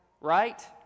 Right